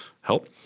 help